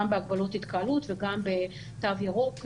גם בהגבלות התקהלות וגם בתו ירוק,